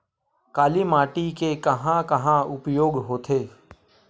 काली माटी के कहां कहा उपयोग होथे?